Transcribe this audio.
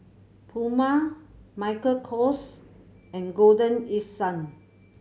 Puma Michael Kors and Golden East Sun